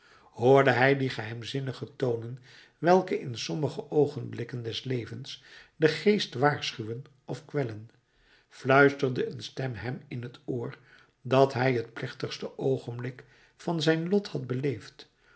hoorde hij die geheimzinnige tonen welke in sommige oogenblikken des levens den geest waarschuwen of kwellen fluisterde een stem hem in t oor dat hij het plechtigste oogenblik van zijn lot had beleefd